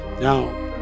Now